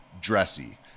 dressy